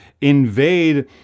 invade